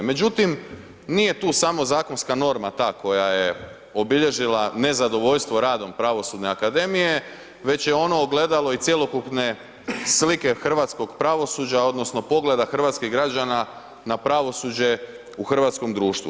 Međutim, nije tu samo zakonska norma koja je obilježila nezadovoljstvo radom, Pravosudne akademije, već je ono ogledalo i cjelokupne slike hrvatskog pravosuđa odnosno, pogleda hrvatskih građana na pravosuđe u hrvatskom društvu.